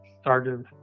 started